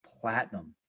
platinum